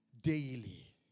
daily